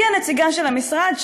הגיעה נציגה של המשרד,